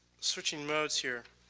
switching modes here.